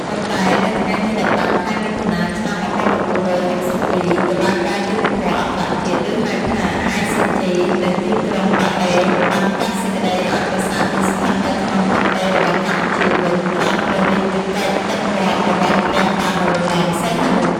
ប៉ុន្តែនៅថ្ងៃទី១៥ ខែមិថុនា ឆ្នាំ ១៩៦២ តុលាការយុត្តិធម៌អន្តរជាតិ ឬហៅថា ICJ នៅទីក្រុងឡាអេ បានកាត់សេចក្តីឱ្យប្រាសាទនេះស្ថិតនៅក្នុងទឹកដីរបស់កម្ពុជាវិញ ក្រោមព្រះរាជកិច្ចដឹកនាំរបស់ព្រះបាទនរោត្តម សីហនុ។